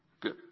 Good